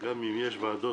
גם אם יש ועדות